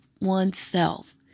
oneself